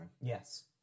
Yes